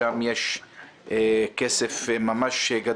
שם יש ממש כסף גדול,